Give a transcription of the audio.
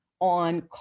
on